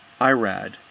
Irad